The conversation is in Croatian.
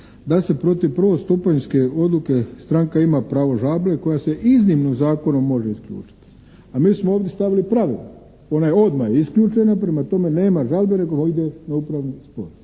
da se protiv prvostupanjske odluke stranka ima pravo žalbe koja se iznimno zakonom može isključiti. A mi smo ovdje stavili pravilo. Ona je odma isključena. Prema tome nema žalbe nego ide na upravni spor.